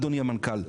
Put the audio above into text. אדוני המנכ"ל.